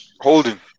Holding